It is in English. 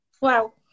Wow